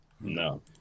No